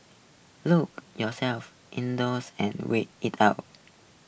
look yourselves indoors and wait it out